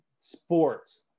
sports